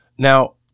Now